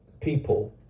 people